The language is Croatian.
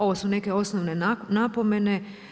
Ovo su neke osnovne napomene.